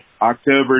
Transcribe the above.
October